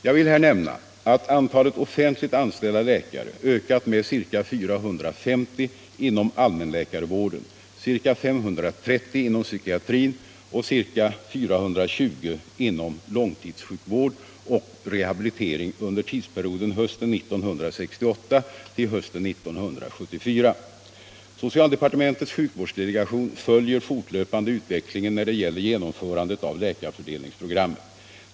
Jag vill här nämna att antalet offentligt anställda läkare ökat med ca 450 inom allmänläkarvården, ca 530 inom psykiatrin och ca Socialdepartementets sjukvårdsdelegation följer fortlöpande utvecklingen när det gäller genomförandet av läkarfördelningsprogrammet.